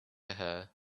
her